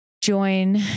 join